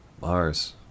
Mars